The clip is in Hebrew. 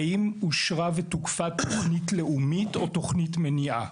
האם אושרה ותוקפה תוכנית לאומית או תוכנית מניעה,